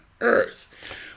earth